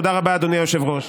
תודה רבה, אדוני היושב-ראש.